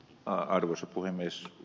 arvoisa puhemies